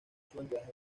actividades